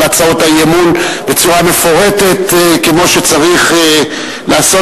הצעות האי-אמון בצורה מפורטת כמו שצריך לעשות.